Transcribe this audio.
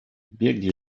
biegli